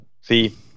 see